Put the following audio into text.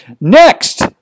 Next